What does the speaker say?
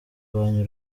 kurwanya